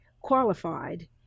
qualified